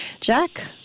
Jack